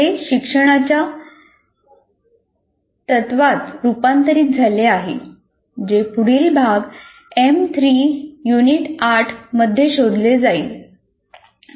हे शिक्षणाच्या तत्त्वात रूपांतरित झाले आहे जे पुढील भाग एम 3 यू 8 मध्ये शोधले जाईल